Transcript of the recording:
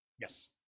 Yes